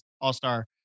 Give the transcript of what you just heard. all-star